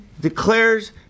declares